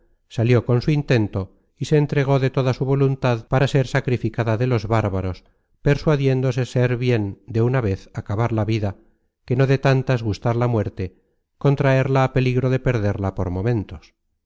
salió con su intento y se entregó de toda su voluntad para ser sacrificada de los bárbaros persuadiéndose ser bien de una vez acabar la vida que no de tantas gustar la muerte con traerla á peligro de perderla por momentos